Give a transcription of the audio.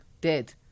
dead